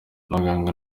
abaganga